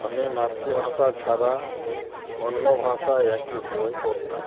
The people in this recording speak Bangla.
আমি মাতৃভাষা ছাড়া অন্য ভাষায় একটি বই পড়তাম